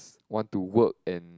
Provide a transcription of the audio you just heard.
want to work and